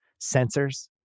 sensors